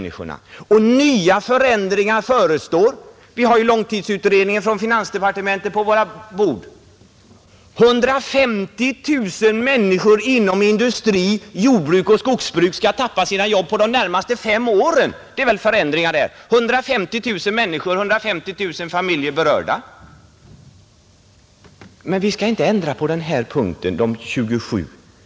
Betänkandet från finansdepartementets långtidsutredning ligger nu på våra bord. Det talar om att 150 000 människor inom industri, jordbruk och skogsbruk skall mista sina jobb under de närmaste fem åren. Där är alltså 150 000 familjer berörda. Det är förändringar, det! Däremot skall vi inte ändra på förhållandena för 27 renskötande samer.